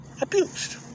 abused